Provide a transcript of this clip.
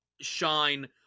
shine